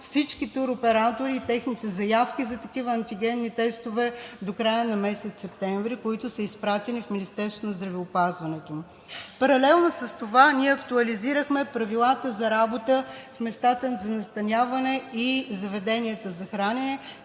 всичките туроператори, техните заявки за такива антигенни тестове до края на месец септември, които са изпратени в Министерството на здравеопазването. Паралелно с това ние актуализирахме Правилата за работа в местата за настаняване и заведенията за хранене,